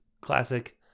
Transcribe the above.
classic